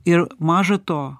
ir maža to